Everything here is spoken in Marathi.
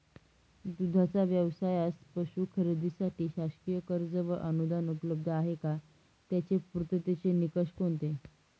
दूधाचा व्यवसायास पशू खरेदीसाठी शासकीय कर्ज व अनुदान उपलब्ध आहे का? त्याचे पूर्ततेचे निकष कोणते?